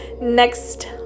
next